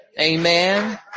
Amen